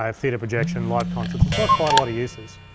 um theater projection, live concerts, it's got quite a lot of uses.